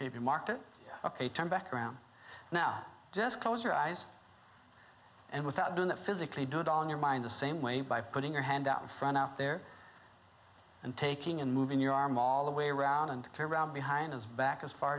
you market ok turn back around now just close your eyes and without doing that physically do it all in your mind the same way by putting your hand out front out there and taking and moving your arm all the way around and around behind his back as far